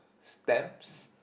stamps